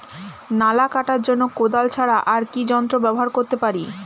নালা কাটার জন্য কোদাল ছাড়া আর কি যন্ত্র ব্যবহার করতে পারি?